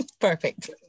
Perfect